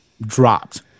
dropped